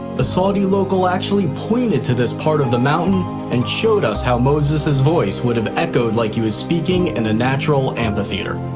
a saudi local actually pointed to this part of the mountain and showed us how moses' voice would have echoed like he was speaking in and a natural amphitheater.